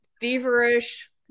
feverish